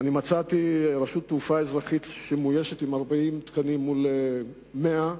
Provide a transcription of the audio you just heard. אני מצאתי רשות תעופה אזרחית שמאוישת ב-40 תקנים לעומת 100 אפשריים,